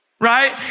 right